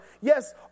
yes